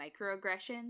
microaggressions